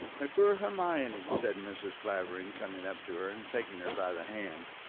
my poor hermione, said mrs. clavering, coming up to her, and taking her by the hand.